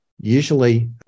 usually